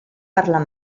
parlar